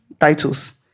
titles